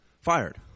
fired